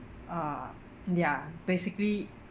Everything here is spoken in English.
uh ya basically